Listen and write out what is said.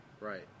right